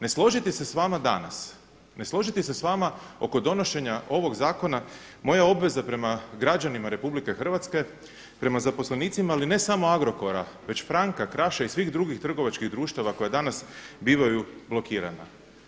Ne složiti se sa vama danas, ne složiti se sa vama oko donošenja ovog zakona moja je obveza prema građanima Republike Hrvatske, prema zaposlenicima, ali ne samo Agrokora već Franka, Kraša i svih drugih trgovačkih društava koja danas bivaju blokirana.